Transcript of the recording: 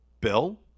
Bill